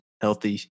healthy